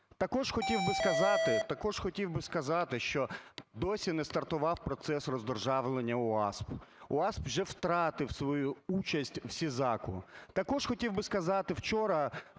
Також хотів би сказати, що досі не стартував процес роздержавлення УААСП. УААСП вже втратив свою участь в CISAC. Також хотів би сказати, вчора